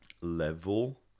level